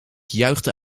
juichte